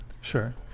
sure